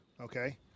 okay